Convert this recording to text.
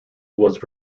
was